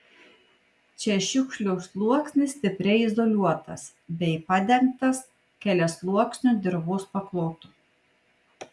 čia šiukšlių sluoksnis stipriai izoliuotas bei padengtas keliasluoksniu dirvos paklotu